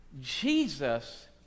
Jesus